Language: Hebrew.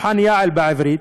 מבחן יע"ל בעברית,